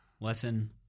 Lesson